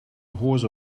hose